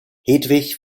hedwig